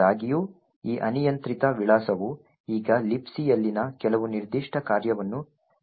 ಆದಾಗ್ಯೂ ಈ ಅನಿಯಂತ್ರಿತ ವಿಳಾಸವು ಈಗ Libcಯಲ್ಲಿನ ಕೆಲವು ನಿರ್ದಿಷ್ಟ ಕಾರ್ಯವನ್ನು ಸೂಚಿಸುತ್ತದೆ